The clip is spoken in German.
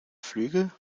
flügel